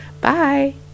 Bye